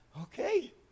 Okay